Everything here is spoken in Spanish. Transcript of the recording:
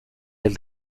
del